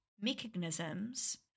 mechanisms